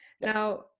Now